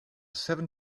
seven